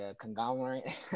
conglomerate